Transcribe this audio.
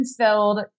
filled